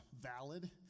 valid